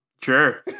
Sure